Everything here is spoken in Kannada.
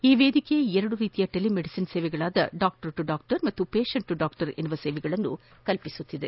ಈ ವೇದಿಕೆ ಎರಡು ರೀತಿಯ ಟೆಲಿ ಮೆಡಿಸಿನ್ ಸೇವೆಗಳಾದ ಡಾಕ್ಟರ್ ಟು ಡಾಕ್ಟರ್ ಹಾಗೂ ಪೇಷಂಟ್ ಟು ಡಾಕ್ಟರ್ ಎಂಬ ಸೇವೆಗಳನ್ನು ಕಲ್ಲಿಸುತ್ತಿದೆ